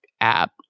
app